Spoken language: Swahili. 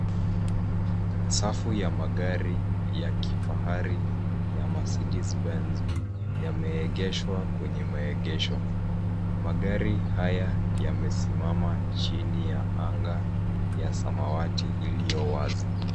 Safu ya magari ya kifahari ya Mercedes Benz yameegeshwa kwenye maegesho. Magari haya yamesimama chini ya anga ya samawati iliyo wazi.